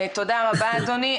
תודה רבה, אדוני.